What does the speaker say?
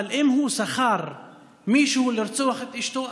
אבל אם הוא שכר מישהו לרצוח את אשתו,